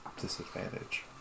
disadvantage